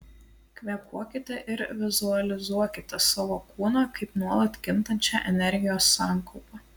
kvėpuokite ir vizualizuokite savo kūną kaip nuolat kintančią energijos sankaupą